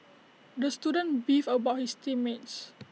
the student beefed about his team mates